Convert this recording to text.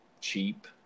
cheap